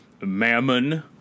Mammon